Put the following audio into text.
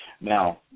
Now